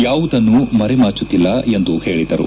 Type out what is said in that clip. ಯಾವುದನ್ನು ಮರೆಮಾಚುತ್ತಿಲ್ಲ ಎಂದು ಹೇಳಿದರು